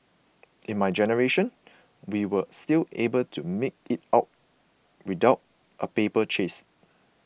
in my generation we were still able to make it without a paper chase